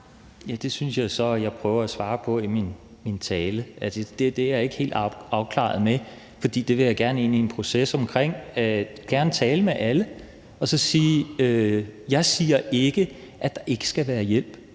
(V): Det synes jeg så at jeg prøver at svare på i min tale. Altså, det er jeg ikke helt afklaret omkring, for det vil jeg gerne være i en proces omkring, og jeg vil gerne tale med alle. Jeg siger ikke, at der ikke skal være hjælp,